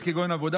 תודה רבה,